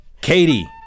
katie